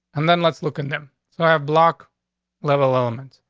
and then let's look in them. so i have block level elements.